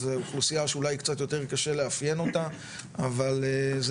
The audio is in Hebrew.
זו אוכלוסיה שאולי קצת יותר קשה לאפיין אותה אבל זה